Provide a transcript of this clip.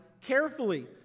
carefully